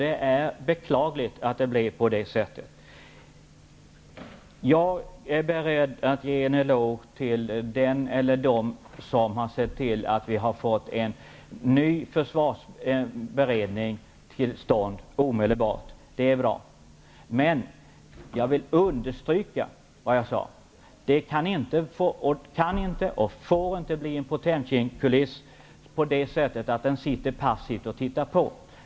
Det är beklagligt att det blev så här. Jag är beredd att ge en eloge till den eller dem som har sett till att en ny försvarsberedning omedelbart har kommit till stånd. Men jag vill understryka att den inte kan och inte får bli en Potemkinkuliss så till vida att den sitter passivt och tittar på.